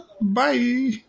bye